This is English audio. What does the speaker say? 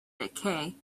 decay